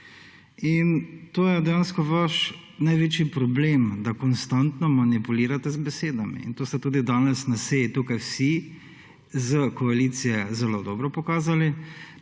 In to je dejansko vaš največji problem, da konstantno manipulirate z besedami, in to ste tudi danes na seji tukaj vsi s koalicije zelo dobro pokazali,